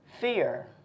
fear